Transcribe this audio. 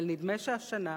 אבל נדמה שהשנה,